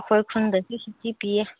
ꯑꯩꯈꯣꯏ ꯈꯨꯟꯗꯁꯨ ꯁꯨꯇꯤ ꯄꯤꯌꯦ